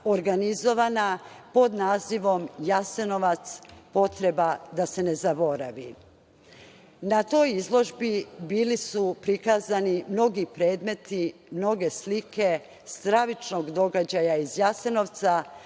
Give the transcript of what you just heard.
organizovana pod nazivom – Jasenovac, potreba da se ne zaboravi. Na toj izložbi bili su prikazani mnogi predmete, mnoge slike stravičnog događaja iz Jasenovca,